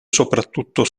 soprattutto